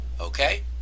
Okay